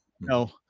No